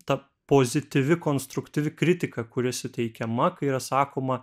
ta pozityvi konstruktyvi kritika kuri suteikiama kai yra sakoma